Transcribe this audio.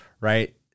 right